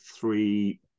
three